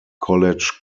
college